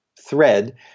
thread